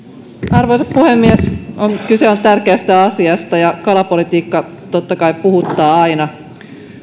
arvoisa puhemies kyse on tärkeästä asiasta ja kalapolitiikka totta kai puhuttaa aina